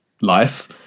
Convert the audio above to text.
life